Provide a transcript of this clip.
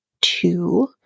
two